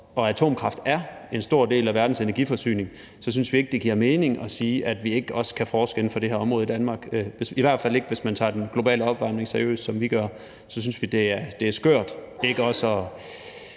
og atomkraft er en stor del af verdens energiforsyning – det giver mening at sige, at vi ikke også kan forske inden for det her område i Danmark, i hvert fald ikke hvis man tager den globale opvarmning seriøst, sådan som vi gør. Så synes vi, det er skørt ikke også at